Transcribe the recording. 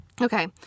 Okay